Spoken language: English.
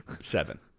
Seven